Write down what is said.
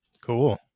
Cool